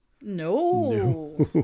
no